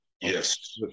Yes